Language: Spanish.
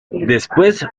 después